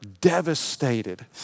devastated